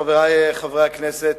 חברי חברי הכנסת,